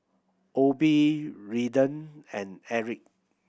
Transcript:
Obie Redden and Aric